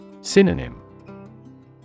Synonym